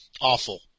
Awful